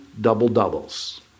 double-doubles